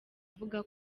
avuga